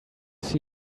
see